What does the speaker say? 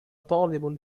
طالب